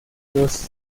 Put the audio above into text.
los